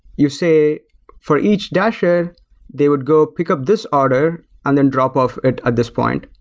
you say for each dasher they would go pick up this order and then drop off at ah this point,